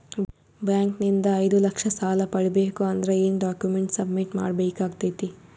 Bank ನಿಂದ ಐದು ಲಕ್ಷ ಸಾಲ ಪಡಿಬೇಕು ಅಂದ್ರ ಏನ ಡಾಕ್ಯುಮೆಂಟ್ ಸಬ್ಮಿಟ್ ಮಾಡ ಬೇಕಾಗತೈತಿ?